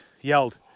yelled